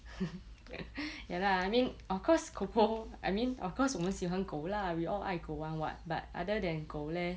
ya lah I mean of course coco I mean of course 我们喜欢狗 lah we all 爱狗 [one] [what] but other than 狗 leh